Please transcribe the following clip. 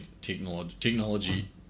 technology